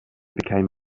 became